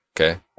Okay